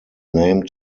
name